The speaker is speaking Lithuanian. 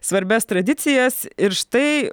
svarbias tradicijas ir štai